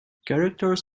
characters